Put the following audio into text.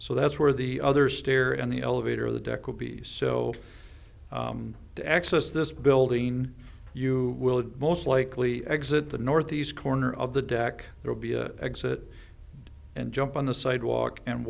so that's where the other stair and the elevator the deck will be so to access this building you will most likely exit the northeast corner of the deck there will be a exit and jump on the sidewalk and